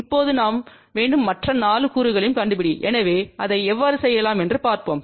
இப்போது நாம் வேண்டும் மற்ற 4 கூறுகளையும் கண்டுபிடி எனவே அதை எவ்வாறு செய்யலாம் என்று பார்ப்போம்